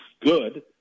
good